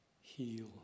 Heal